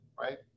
right